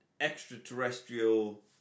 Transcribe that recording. extraterrestrial